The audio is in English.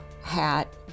hat